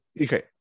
Okay